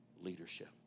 leadership